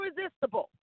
irresistible